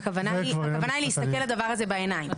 הכוונה היא להסתכל לדבר הזה בעיניים.